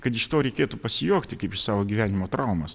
kad iš to reikėtų pasijuokti kaip iš savo gyvenimo traumos